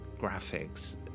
graphics